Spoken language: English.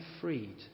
freed